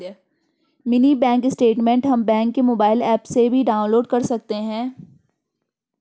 mini bank statement हम bank के mobile app से भी डाउनलोड कर सकते है